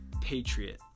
patriot